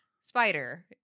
spider